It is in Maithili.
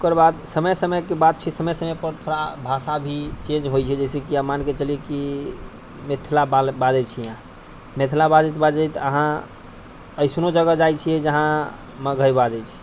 ओकर बाद समय समयके बात छियै समय समयपर थोड़ा भाषा भी चेंज होइ छै जैसे कि आब मानिके चलि कि मिथिला बाजै छी अहाँ मिथिला बाजैत बाजैत अहाँ ऐसनो जगह जाइ छियै जहाँ मगही बाजै छै